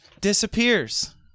disappears